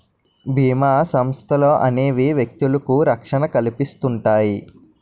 బీమా సంస్థలనేవి వ్యక్తులకు రక్షణ కల్పిస్తుంటాయి